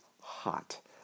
hot